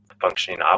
functioning